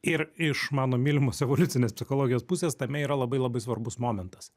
ir iš mano mylimos evoliucinės psichologijos pusės tame yra labai labai svarbus momentas